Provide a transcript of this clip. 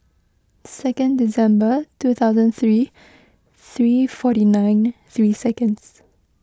second December two thousand three three forty nine three seconds